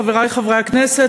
חברי חברי הכנסת,